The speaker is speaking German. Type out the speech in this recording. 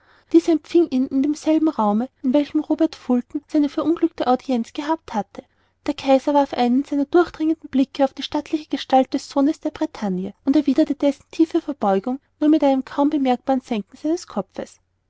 empfing ihn in demselben raume in welchem robert fulton seine verunglückte audienz gehabt hatte der kaiser warf einen seiner durchdringenden blicke auf die stattliche gestalt des sohnes der bretagne und erwiederte dessen tiefe verneigung nur mit einem kaum bemerkbaren senken seines kopfes